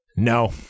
no